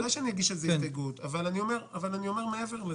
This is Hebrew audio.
מעבר לזה,